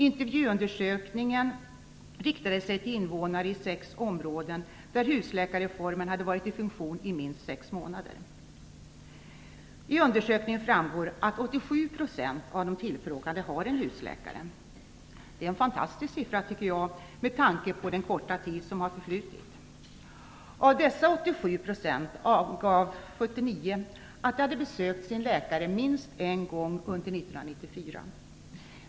Intervjuundersökningen riktade sig till invånare i sex områden, där husläkarreformen hade varit i funktion i minst sex månader. Av undersökningen framgår att 87 % av de tillfrågade hade en husläkare. Detta är en fantastisk siffra med tanke på den korta tid som har förflutit. Av dessa 87 % angav 79 % att de hade besökt sin husläkare minst en gång under 1994.